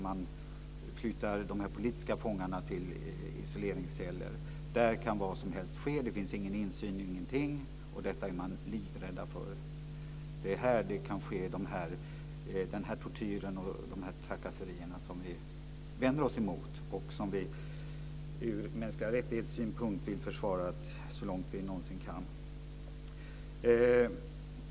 Man flyttar de politiska fångarna till isoleringsceller. Där kan vad som helst ske, det finns ingen insyn. Detta är man livrädd för. Där kan ske tortyr och trakasserier, något som vi vänder oss emot. Mänskliga rättigheter vill vi försvara så långt vi någonsin kan.